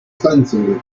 cleansing